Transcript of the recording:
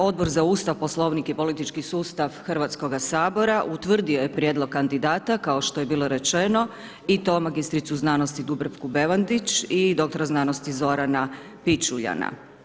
Odbor za Ustav, Poslovnik i Politički sustav HS-a utvrdio je prijedlog kandidata, kao što je bilo rečeno i to magistricu znanosti Dubravku Bevandić i doktora znanosti Zorana Pičuljana.